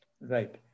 right